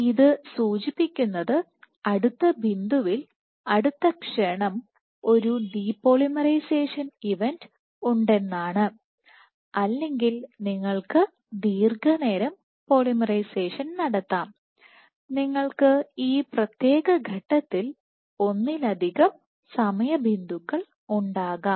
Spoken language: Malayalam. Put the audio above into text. ഇത് സൂചിപ്പിക്കുന്നത് അടുത്ത ബിന്ദുവിൽ അടുത്ത ക്ഷണം ഒരു ഡിപോളറൈസേഷൻ ഇവന്റ് ഉണ്ടെന്നാണു അല്ലെങ്കിൽ നിങ്ങൾക്ക് ദീർഘനേരം പോളിമറൈസേഷൻ നടത്താം നിങ്ങൾക്ക് ഈ പ്രത്യേക ഘട്ടത്തിൽ ഒന്നിലധികം സമയ ബിന്ദുക്കൾ ഉണ്ടാകാം